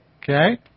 Okay